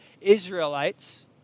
Israelites